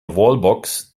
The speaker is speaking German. wallbox